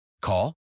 Call